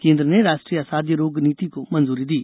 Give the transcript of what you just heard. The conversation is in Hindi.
केन्द्र ने राष्ट्रीय असाध्य रोग नीति को मंजूरी दी